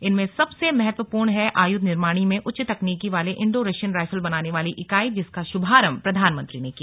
इनमें सबसे महत्वपूर्ण है आयुध निर्माणी में उच्च तकनीकी वाली इंडो रशियन राइफल बनाने वाली इकाई जिसका शुभारंभ प्रधानमंत्री ने किया